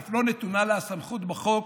אף לא נתונה לה הסמכות בחוק